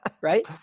right